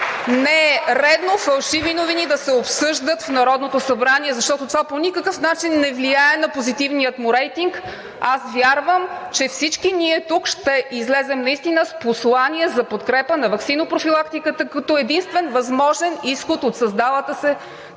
Не е редно фалшиви новини да се обсъждат в Народното събрание, защото това по никакъв начин не влияе на позитивния му рейтинг. Аз вярвам, че всички ние тук ще излезем с послание за подкрепа на ваксинопрофилактиката, като единствен възможен изход от създалата се